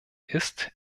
ist